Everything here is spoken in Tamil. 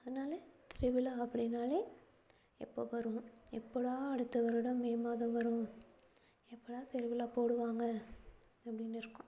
அதனால் திருவிழா அப்படின்னாலே எப்போ வரும் எப்படா அடுத்த வருடம் மே மாதம் வரும் எப்படா திருவிழா போடுவாங்க அப்படின்னு இருக்கும்